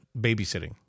babysitting